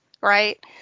Right